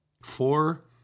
four